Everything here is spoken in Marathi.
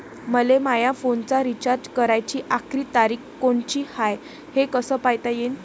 मले माया फोनचा रिचार्ज कराची आखरी तारीख कोनची हाय, हे कस पायता येईन?